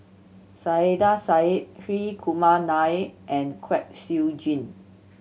Saiedah Said Hri Kumar Nair and Kwek Siew Jin